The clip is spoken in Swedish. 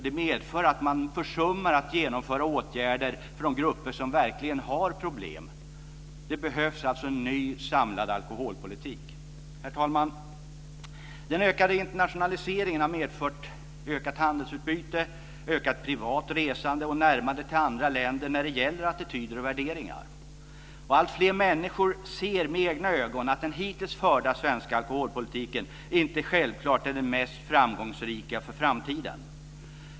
Det medför att man försummar att genomföra åtgärder för de grupper som verkligen har problem. Det behövs alltså en ny samlad alkoholpolitik. Herr talman! Den ökade internationaliseringen har medfört ökat handelsutbyte, ökat privat resande och närmande till andra länder när det gäller attityder och värderingar. Alltfler människor ser med egna ögon att den hittills förda svenska alkoholpolitiken inte självklart är den mest framgångsrika för framtiden.